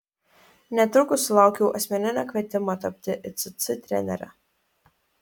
netrukus sulaukiau asmeninio kvietimo tapti icc trenere